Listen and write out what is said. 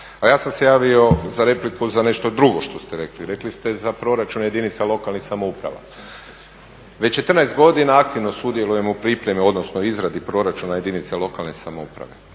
A ja sam se javio za repliku za nešto drugo što ste rekli. Rekli ste za proračun jedinica lokalnih samouprava. Već 14 godina aktivno sudjelujemo u pripremi, odnosno izradi proračuna jedinica lokalne samouprave,